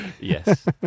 Yes